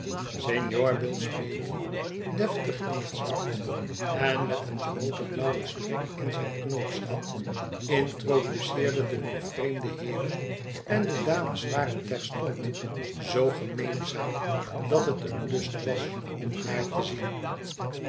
signor billsmethi deftig in het zwart en met een grooten blauwen strik in zijn knoopsgat introduceerde de nog vreemde heeren en de dames waren terstond zoo gemeenzaam dat het een lust was om haar te zien